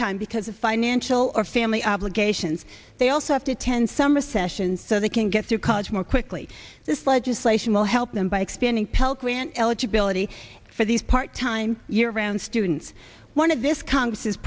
time because of financial or family obligations they also have to attend summer session so they can get through college more quickly this legislation will help them by expanding pell grant eligibility for these part time year round students one of this congress is